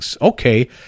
okay